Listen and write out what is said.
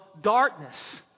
darkness